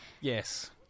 Yes